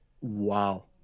Wow